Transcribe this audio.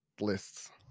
lists